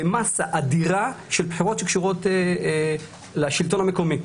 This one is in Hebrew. ומסה אדירה של עתירות שקשורות לשלטון המקומי.